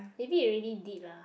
maybe you already did lah